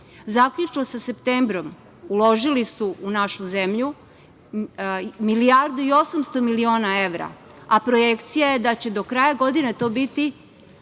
Zaključno sa septembrom, uložili su u našu zemlju milijardu i 800 miliona evra, a projekcija je da će do kraja godine to biti